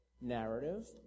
narrative